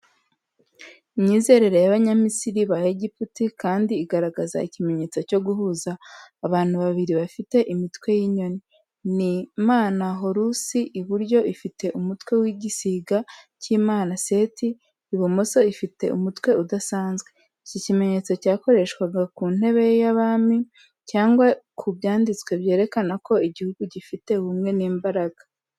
Imyizerere y’Abanyamisiri ba Egypt kandi igaragaza ikimenyetso cyo guhuza abantu babiri bafite imitwe y’inyoni. Ni Imana Horusi, iburyo ifite umutwe w’igisiga cy'Imana Seti, ibumoso ifite umutwe udasanzwe. Iki kimenyetso cyakoreshwaga ku ntebe z’abami cyangwa ku byanditswe byerekana ko igihugu gifite ubumwe n’imbaraga.